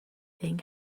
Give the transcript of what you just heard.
thing